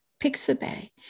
Pixabay